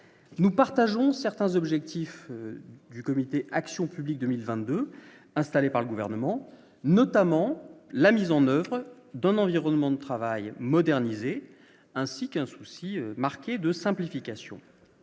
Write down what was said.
nous partageons certains objectifs du comité action publique 2020, 2 installé par le gouvernement, notamment la mise en oeuvre d'un environnement de travail, moderniser, ainsi qu'un souci marqué de simplification,